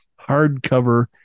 hardcover